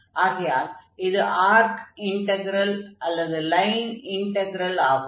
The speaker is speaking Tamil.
ஆகையால் இது ஆர்க் இன்டக்ரெல் அல்லது லைன் இன்டக்ரெல் ஆகும்